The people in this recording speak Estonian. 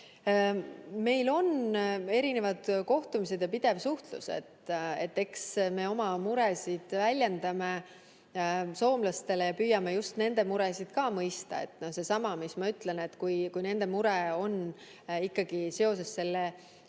Meil on kohtumised ja pidev suhtlus. Eks me oma muresid väljendame soomlastele ja püüame ka nende muresid mõista. Seesama, mis ma ütlesin, et kui nende mure on seotud peamiselt